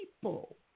people